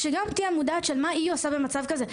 שגם תהיה מודעת שמה היא עושה במצב כזה,